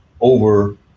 over